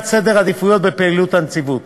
קביעת סדר עדיפויות בפעילות הנציבות.